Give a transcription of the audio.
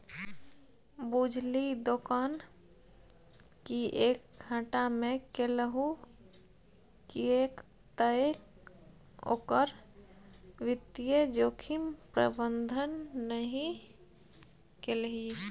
बुझलही दोकान किएक घाटा मे गेलहु किएक तए ओकर वित्तीय जोखिम प्रबंधन नहि केलही